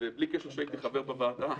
בלי קשר לזה שהייתי חבר בוועדה.